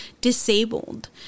disabled